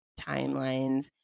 timelines